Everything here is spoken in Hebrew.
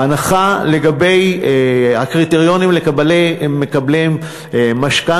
הנחה לגבי הקריטריונים למקבלי משכנתה,